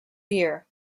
year